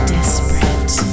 Desperate